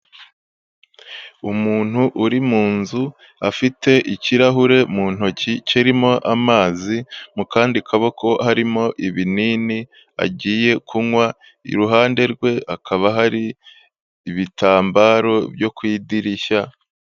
Umuntu uri mu nzu afite ikirahure mu ntoki kirimo amazi, mu kandi kaboko harimo ibinini agiye kunywa, iruhande rwe hakaba hari ibitambaro byo ku idirishya.